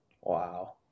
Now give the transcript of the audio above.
Wow